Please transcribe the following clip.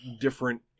different